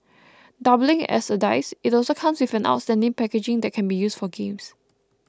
doubling as a dice it also comes with an outstanding packaging that can be used for games